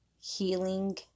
healing